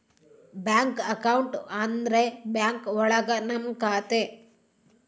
bank account ಅಂದ್ರೆ bank ಒಳಗ ನಮ್ ಖಾತೆ